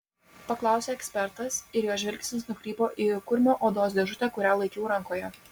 paklausė ekspertas ir jo žvilgsnis nukrypo į kurmio odos dėžutę kurią laikiau rankoje